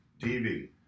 TV